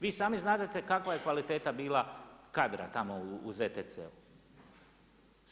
Vi sami znate kakva je kvaliteta bila kadra tamo u ZTC-u.